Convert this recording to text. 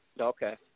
Okay